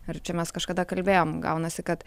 ar čia mes kažkada kalbėjom gaunasi kad